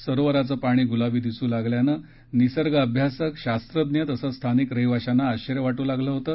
सरोवरचं पाणी गुलाबी दिसू लागल्यानं निसर्गअभ्यासक शास्त्रज्ञ तसंच स्थानिक रहिवाशांना आश्वर्य वाट्र लागलं होतं